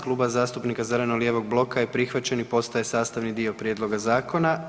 Kluba zastupnika zeleno-lijevog bloka je prihvaćen i postaje sastavni dio prijedloga zakona.